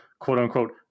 quote-unquote